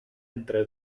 entre